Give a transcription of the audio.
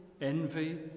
envy